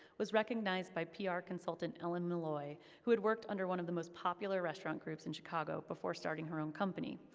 was recognized by pr ah consultant ellen malloy, who had worked under one of the most popular restaurant groups in chicago before starting her own company,